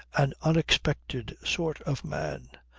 an unexpected sort of man.